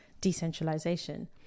decentralization